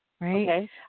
right